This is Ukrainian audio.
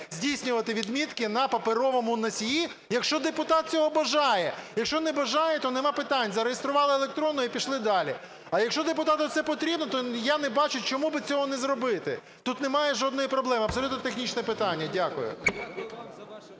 здійснювати відмітки на паперовому носії, якщо депутат цього бажає. Якщо не бажає, то немає питань – зареєстрували електронно і пішли далі. А якщо депутату це потрібно, то я не бачу, чому б цього не зробити. Тут немає жодної проблеми, абсолютно технічне питання. Дякую.